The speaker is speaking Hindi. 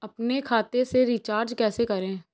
अपने खाते से रिचार्ज कैसे करें?